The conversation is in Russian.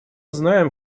знаем